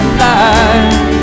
life